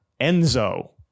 Enzo